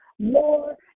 more